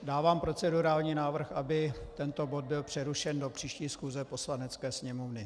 Dávám procedurální návrh, aby tento bod byl přerušen do příští schůze Poslanecké sněmovny.